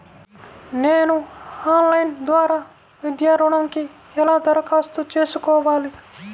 నేను ఆన్లైన్ ద్వారా విద్యా ఋణంకి ఎలా దరఖాస్తు చేసుకోవాలి?